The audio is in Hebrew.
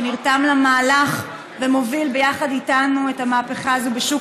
שנרתם למהלך ומוביל יחד איתנו את המהפכה הזאת בשוק